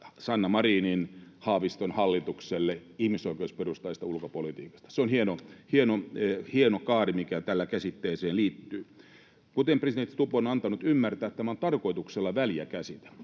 Sanna Marinin — Haaviston hallitukselle ihmisoikeusperustaisesta ulkopolitiikasta. Se on hieno kaari, mikä tähän käsitteeseen liittyy. Kuten presidentti Stubb on antanut ymmärtää, tämä on tarkoituksella väljä käsite,